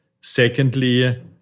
Secondly